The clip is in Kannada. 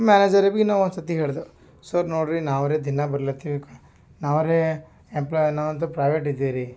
ಮ್ಯಾನಜರ್ ಬಿ ನಾ ಒಂದುಸತಿ ಹೇಳ್ದೆವು ಸರ್ ನೋಡ್ರಿ ನಾವು ರೀ ದಿನ ಬರ್ಲಾ ಹತ್ತೀವಿ ನಾವು ರೀ ಎಂಪ್ಲಾಯ್ ಅನ್ನೋ ಅಂತ ಪ್ರೈವೆಟ್ ಇದೀರಿ